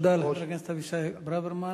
תודה לחבר הכנסת אבישי ברוורמן.